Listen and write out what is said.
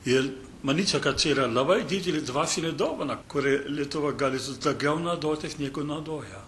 ir manyčiau kad čia yra labai didelė dvasinė dovana kuri lietuva gali su tokiom naudotis negu naudoja